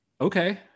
okay